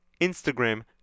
Instagram